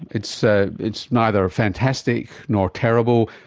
it's ah it's neither fantastic nor terrible.